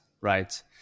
right